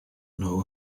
know